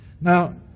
Now